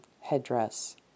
headdress